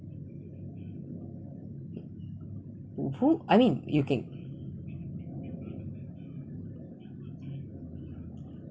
who who I mean you can